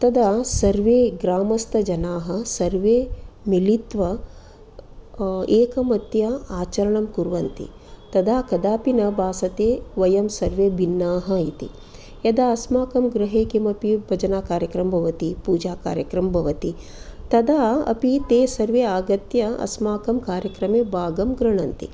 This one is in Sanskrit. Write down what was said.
तदा सर्वे ग्रामस्थजनाः सर्वे मिलित्वा एकमत्या आचरणं कुर्वन्ति तदा कदापि न भासते वयं सर्वे भिन्नाः इति यदा अस्माकं गृहे किमपि भजनकार्यक्रमं भवति पूजा कार्यक्रमं भवति तदा अपि ते सर्वे आगत्य अस्माकं कार्यक्रमे भागं गृह्णन्ति